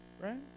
right